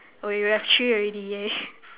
oh you have three already !yay!